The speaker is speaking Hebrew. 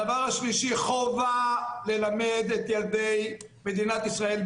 הדבר השלישי חובה ללמד את ילדי מדינת ישראל,